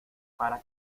para